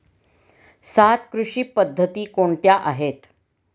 सात कृषी पद्धती कोणत्या आहेत?